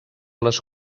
les